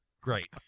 Great